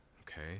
okay